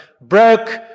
broke